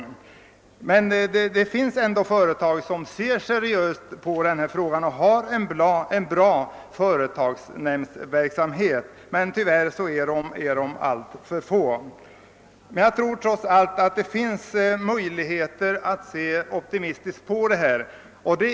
Jag medger emellertid att det finns företag, som ser seriöst på dessa spörsmål och som har en god företagsnämndsverksamhet, men de är beklagligtvis alltför få: Jag tror trots allt att det finns grund för att se optimistiskt på problemet.